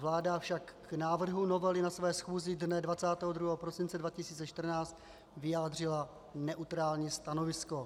Vláda však k návrhu novely na své schůzi dne 22. prosince 2014 vyjádřila neutrální stanovisko.